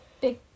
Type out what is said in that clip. big